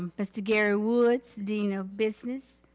um mr. gary woods, dean of business.